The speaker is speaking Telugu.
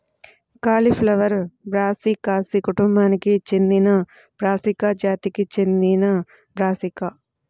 కాలీఫ్లవర్ బ్రాసికాసి కుటుంబానికి చెందినబ్రాసికా జాతికి చెందినబ్రాసికా